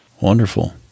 wonderful